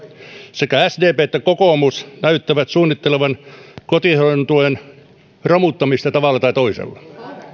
sekä sdp että kokoomus näyttävät suunnittelevan kotihoidon tuen romuttamista tavalla tai toisella